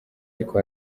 ariko